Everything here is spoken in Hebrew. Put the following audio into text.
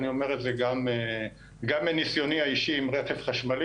אני אומר את זה גם מנסיוני האישי עם רכב חשמלי